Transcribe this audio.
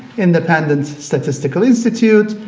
independent statistical institute,